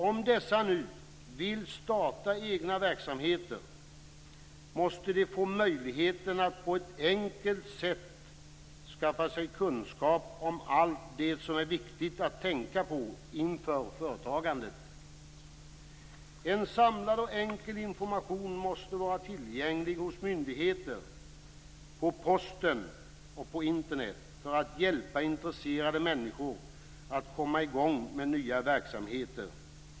Om dessa nu vill starta egna verksamheter måste de få möjligheten att på ett enkelt sätt skaffa sig kunskap om allt det som är viktigt att tänka på inför företagandet. En samlad och enkel information måste vara tillgänglig hos myndigheter, på posten och på Internet för att hjälpa intresserade människor att komma i gång med nya verksamheter.